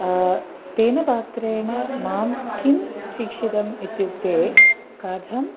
तेन पात्रेण मां किं शिक्षितम् इत्युक्ते कथम्